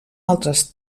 altres